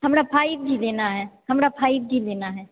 हमरा five G लेना है हमरा फाइव जी लेना है